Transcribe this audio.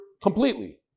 completely